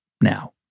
now